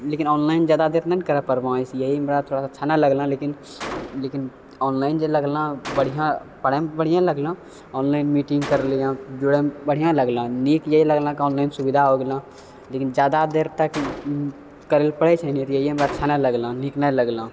लेकिन ऑनलाइन ज्यादा देर नहि ने करय पड़लँ यही थोड़ा सा अच्छा नहि लगलँ लेकिन लेकिन ऑनलाइन जे लगलँ बढ़िआँ पढ़यमे तऽ बढ़िएँ लगलँ ऑनलाइन मीटिंग करलियँ जुड़यमे बढ़िआँ लगलँ नीक जे लगलँ ऑनलाइनके सुविधा हो गेलँ लेकिन ज्यादा देरतक करय लेल पड़ै छै ने ई हमरा अच्छा नहि लगलँ नीक नहि लगलँ